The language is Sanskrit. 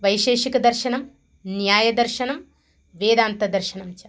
वैशेषिकदर्शनं न्यायदर्शनं वेदान्तदर्शनञ्च